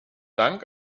dank